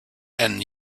and